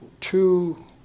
two